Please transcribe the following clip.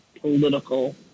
political